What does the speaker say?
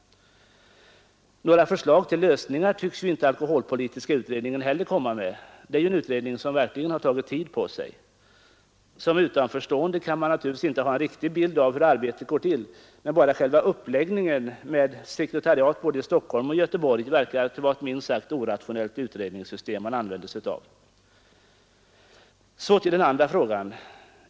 Några förslag till lösningar tycks ju inte heller alkoholpolitiska utredningen komma med. Det är en utredning som verkligen har tagit tid på sig. Som utanförstående kan man inte ha en riktig bild av hur arbetet går till, men bara uppläggningen med sekretariat både i Stockholm och i Göteborg verkar minst sagt orationell. Så till den andra frågan.